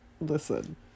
listen